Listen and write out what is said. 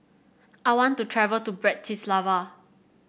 I want to travel to Bratislava